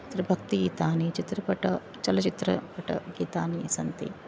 अत्र भक्तिगीतानि चित्रपट चलचित्रपटगीतानि सन्ति